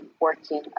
working